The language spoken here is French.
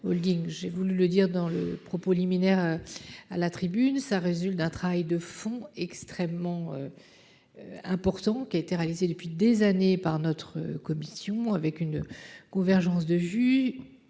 J'ai voulu le dire dans le propos liminaire. À la tribune, ça résulte d'un travail de fond extrêmement. Important qui a été réalisé depuis des années par notre commission avec une convergence de vue.